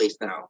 now